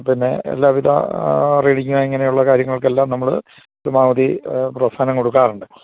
പിന്നെ എല്ലാവിധ റീഡിങ്ങ് ഇങ്ങനെയുള്ള കാര്യങ്ങൾക്കെല്ലാം നമ്മൾ പരമാവധി പ്രോത്സാഹനം കൊടുക്കാറുണ്ട്